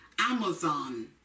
Amazon